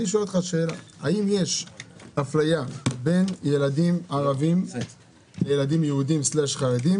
האם יש אפליה בין ילדים ערבים לילדים יהודים/ חרדים